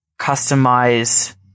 customize